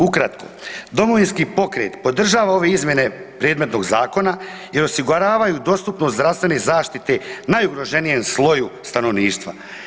Ukratko, Domovinski pokret podržava ove izmjene predmetnog Zakona jer osiguravaju dostupnost zdravstvene zaštite najugroženijem sloju stanovništva.